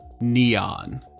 neon